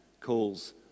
calls